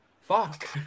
Fuck